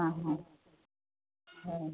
हां हां हं